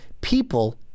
people